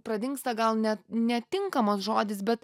pradingsta gal net netinkamas žodis bet